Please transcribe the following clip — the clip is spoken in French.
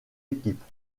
équipes